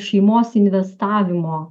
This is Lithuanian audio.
šeimos investavimo